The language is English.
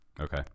Okay